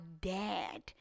dad